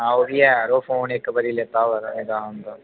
हां ओह् बी ऐ यरो फोन इक बारी लैता होवे तां बी होंदा